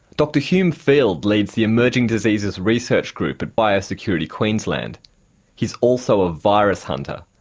dr hume field leads the emerging diseases research group at biosecurity queensland he's also a virus hunter.